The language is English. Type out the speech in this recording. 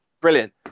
Brilliant